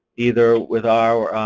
either with our